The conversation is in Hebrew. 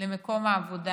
למקום העבודה.